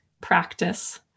practice